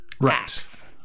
right